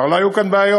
כבר לא היו כאן בעיות.